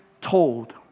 told